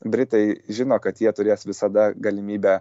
britai žino kad jie turės visada galimybę